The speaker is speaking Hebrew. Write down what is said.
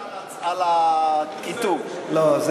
קרה?